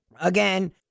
Again